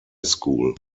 school